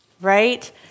right